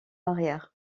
arrière